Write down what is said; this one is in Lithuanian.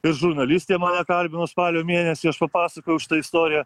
ir žurnalistė mane kalbino spalio mėnesį aš papasakojau šitą istoriją